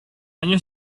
año